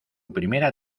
primera